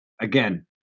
again